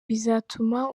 bizatuma